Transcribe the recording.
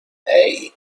hey